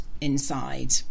inside